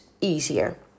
easier